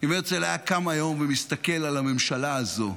אם הרצל היה קם היום ומסתכל על הממשלה הזו,